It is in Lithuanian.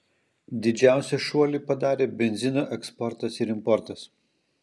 didžiausią šuolį padarė benzino eksportas ir importas